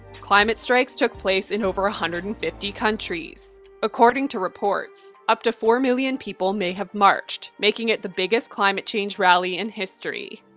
climate strikes took place in over one ah hundred and fifty countries. according to reports, up to four million people may have marched, making it the biggest climate change rally in history.